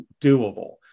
doable